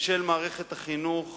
של מערכת החינוך